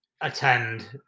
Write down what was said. attend